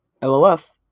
LLF